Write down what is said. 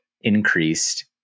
increased